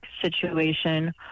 situation